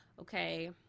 Okay